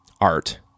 Art